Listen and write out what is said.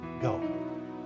go